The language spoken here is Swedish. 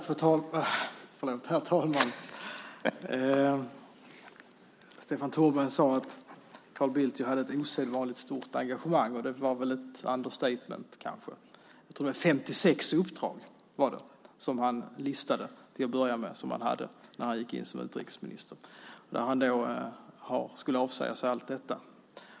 Herr talman! Stefan Tornberg sade att Carl Bildt hade ett osedvanligt stort engagemang, och det var väl kanske ett understatement. 56 uppdrag listade han till att börja med när han gick in som utrikesminister och skulle avsäga sig allt detta.